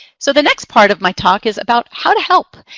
so the next part of my talk is about how to help.